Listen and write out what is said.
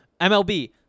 MLB